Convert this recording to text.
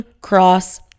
cross